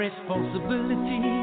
responsibility